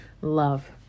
love